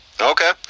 okay